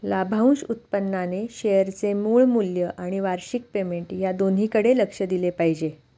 लाभांश उत्पन्नाने शेअरचे मूळ मूल्य आणि वार्षिक पेमेंट या दोन्हीकडे लक्ष दिले पाहिजे